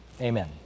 Amen